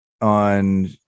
on